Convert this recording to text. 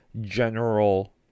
general